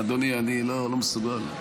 אדוני, אני לא מסוגל.